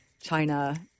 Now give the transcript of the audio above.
China